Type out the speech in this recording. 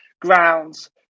grounds